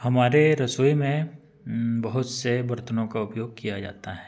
हमारे रसोई में बहुत से बर्तनों का उपयोग किया जाता है